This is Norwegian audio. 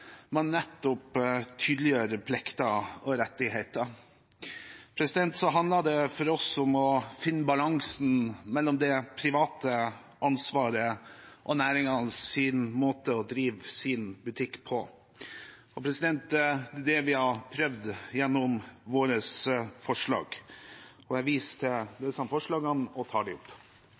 man nettopp tydeliggjør plikter og rettigheter. For oss handler det om å finne balansen mellom det private ansvaret og næringenes måte å drive sin butikk på, og det vi har prøvd på gjennom våre forslag. Jeg viser til disse forslagene og tar opp forslag nr. 7. Representanten Kjell-Børge Freiberg har tatt opp det forslaget han refererte til. De